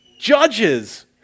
judges